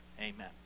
Amen